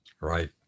Right